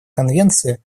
конвенции